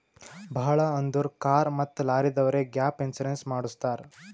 ಭಾಳ್ ಅಂದುರ್ ಕಾರ್ ಮತ್ತ ಲಾರಿದವ್ರೆ ಗ್ಯಾಪ್ ಇನ್ಸೂರೆನ್ಸ್ ಮಾಡುಸತ್ತಾರ್